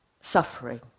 suffering